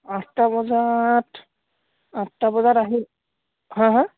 আঠটা বজাত আঠটা বজাত আহি হাঁ হাঁ